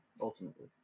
ultimately